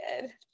good